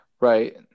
Right